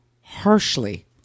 harshly